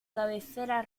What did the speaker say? cabecera